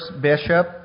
bishop